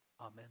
Amen